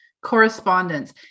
correspondence